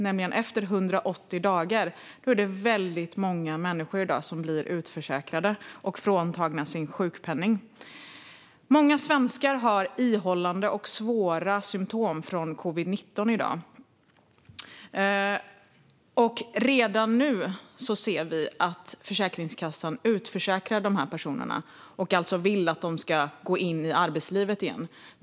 Efter 180 dagar är det i dag väldigt många människor som blir utförsäkrade och fråntagna sin sjukpenning. Många svenskar har i dag ihållande och svåra symtom från covid-19. Redan nu ser vi att Försäkringskassan utförsäkrar de personerna och vill att de ska gå in i arbetslivet igen.